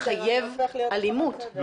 מחייב אלימות,